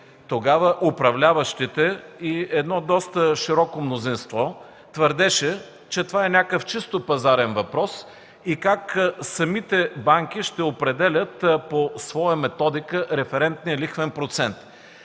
тогава управляващите и едно доста широко мнозинство твърдеше, че това е един такъв чисто пазарен въпрос и как самите банки ще определят по своя методика референтния лихвен процент. Сега